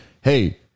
hey